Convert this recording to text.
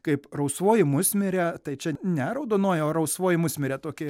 kaip rausvoji musmirė tai čia ne raudonoji rausvoji musmirė tokia